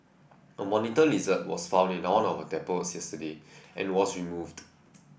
a monitor lizard was found in one of our depots yesterday and was removed